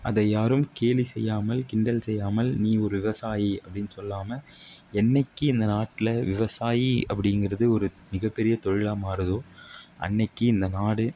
அதை யாரும் கேலி செய்யாமல் கிண்டல் செய்யாமல் நீ ஒரு விவசாயி அப்படினு சொல்லாமல் என்றைக்கி இந்த நாட்டில் விவசாயி அப்படிங்கிறது ஒரு மிக பெரிய தொழிலாக மாறுதோ அன்றைக்கி இந்த நாடு